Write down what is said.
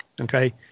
okay